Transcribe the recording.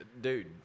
dude